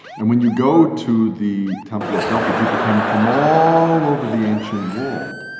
and when you go to the temple of delphi, people came from all over the ancient world